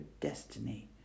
destiny